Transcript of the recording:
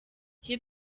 hier